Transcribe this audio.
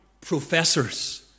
professors